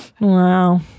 Wow